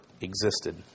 existed